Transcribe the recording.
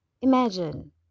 Imagine